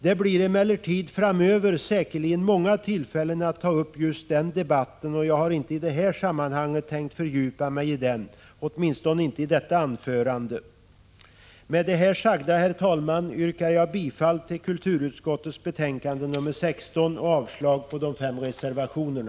Det blir emellertid framöver säkerligen många tillfällen att ta upp just den debatten, och jag har inte i det här sammanhanget tänkt fördjupa mig i den, åtminstone inte i detta anförande. Med det sagda, herr talman, yrkar jag bifall till kulturutskottets hemställan i betänkande nr 16 och avslag på de fem reservationerna.